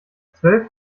zwölf